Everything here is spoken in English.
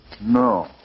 No